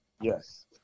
yes